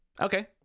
Okay